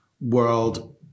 world